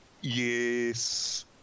Yes